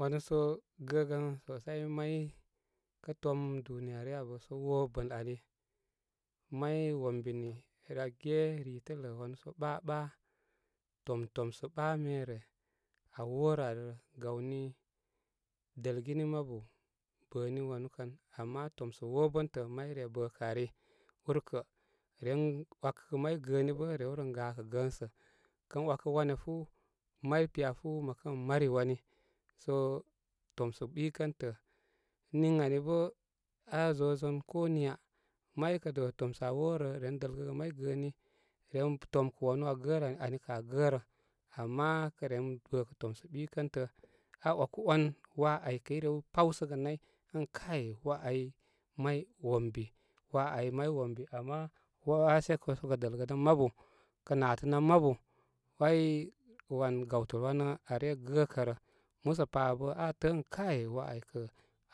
Wanusə gəgən sosai may kə tom duniya ryə abə sə wobəl ani may wombini ura ge ritələ wanu səɓaɓa, tom tomsə ɓa mere aa worə ari rə. Gawni dəlgini mabu bəni wanu kan, ama tomsə wobəntə may re bəkə ari, úrkə ren wakəgə maŋ gəəni bə rey ren gakə gəənsə. Kən wakə wan ya fú, may piya fú ən mari wani. So tomsə ɓikəntə. Ən niŋ ani bə aa zozon ko niya may kə do tomsə aa worə ren dəlgəgə may gəəni, ren tomkə wanu aa gərə ani. Ani kə aa gərə. Ama kə ren bəkə tomsə ɓikəntə aa waku wan. Waa ai kə i rew pawsəgə nay ən kai waa ai may wombi-waa ai may wombi, ama waashe sə kə dəlgə dən mabu, kə nátənan mabu wai gawtəl wanə aa re gəkərə. Musa pa abə aa təə ən kai waa ai kə